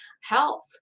health